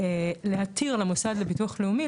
להתיר למוסד לביטוח לאומי,